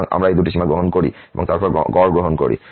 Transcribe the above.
সুতরাং আমরা এই দুটি সীমা গ্রহণ করি এবং তারপর গড় গ্রহণ করি